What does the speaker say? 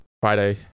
Friday